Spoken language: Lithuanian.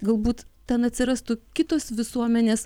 galbūt ten atsirastų kitos visuomenės